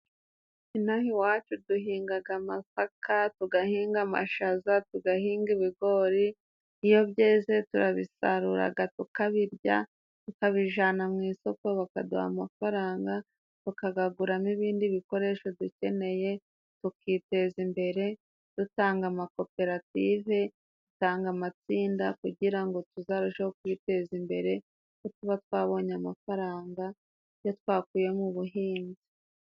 Inaha iwacu duhingaga amasaka, tugahinga amashaza, tugahinga ibigori. Iyo byeze, turabisaruraga, tukabirya, tukabijyana mu isoko, bakaduha amafaranga tukagaguramo ibindi bikoresho dukeneye. Tukiteza imbere, dutanga amakoperative, dutanga amatsinda kugira ngo tuzarusheho kwiteza imbere, kuko tuba twabonye amafaranga yo twakuye mu buhinzi.